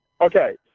Okay